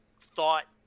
thought